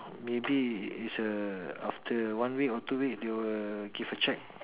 maybe it's a after one week or two weeks they will give a cheque